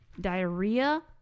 diarrhea